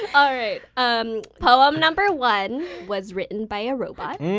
alright, um poem number one was written by a robot